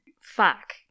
Fuck